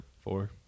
Four